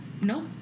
nope